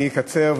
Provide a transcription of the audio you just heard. אני אקצר.